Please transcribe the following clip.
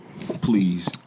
Please